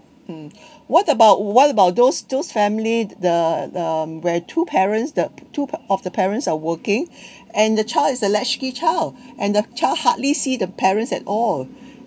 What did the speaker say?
mm what about what about those those family the um where two parents the two of the parents are working and the child is a latchkey child and the child hardly see the parents at all